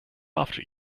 after